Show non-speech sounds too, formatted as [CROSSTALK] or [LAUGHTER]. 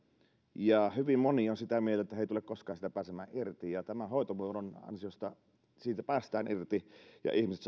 ja hyvin moni on sitä mieltä että he eivät tule koskaan siitä pääsemään irti ja tämän hoitomuodon ansiosta siitä päästään irti ja ihmiset [UNINTELLIGIBLE]